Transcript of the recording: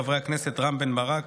חברי הכנסת רם בן ברק,